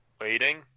Waiting